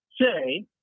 say